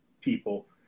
people